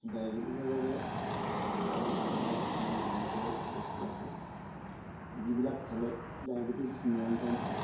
ডায়বেটিছৰ বাবে আমাৰ গাঁৱলীয়া কিছুমান জনপ্ৰিয় বস্তু আছে যিবিলাক খালে ডায়বেটিছ নিয়ন্ত্ৰণ হয়